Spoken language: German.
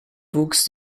wuchs